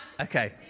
Okay